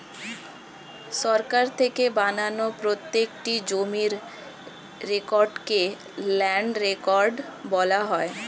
সরকার থেকে বানানো প্রত্যেকটি জমির রেকর্ডকে ল্যান্ড রেকর্ড বলা হয়